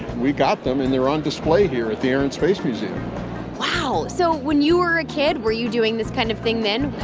we've got them, and they're on display here at the air and space museum wow. so when you were a kid, were you doing this kind of thing then?